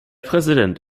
präsident